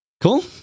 cool